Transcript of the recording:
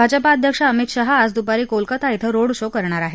भाजपा अध्यक्ष अमित शहा आज दुपारी कोलकता क्रि रोड शो करणार आहेत